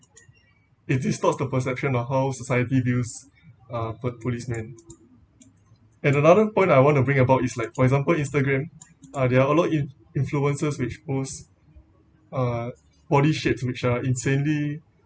if it stops the perception of how society views uh a policemen and another point I want to bring about is like for example instagram uh there are a lot in~ influencers which owns uh body shapes which are insanely